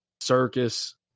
circus